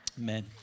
Amen